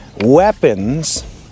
weapons